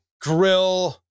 grill